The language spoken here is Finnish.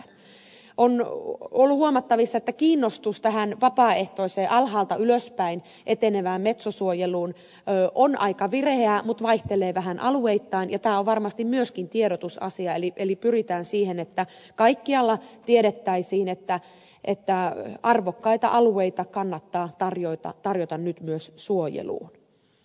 on ollut huomattavissa että kiinnostus tähän vapaaehtoiseen alhaalta ylöspäin etenevään metso suojeluun on aika vireää mutta vaihtelee vähän alueittain ja tämä on varmasti myöskin tiedotusasia eli pyritään siihen että kaikkialla tiedettäisiin että arvokkaita alueita kannattaa tarjota nyt myös suojeluun